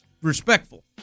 respectful